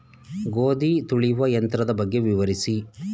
ಗೋಧಿ ತುಳಿಯುವ ಯಂತ್ರದ ಬಗ್ಗೆ ವಿವರಿಸಿ?